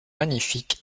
magnifique